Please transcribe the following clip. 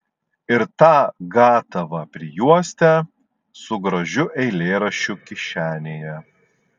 ir tą gatavą prijuostę su gražiu eilėraščiu kišenėje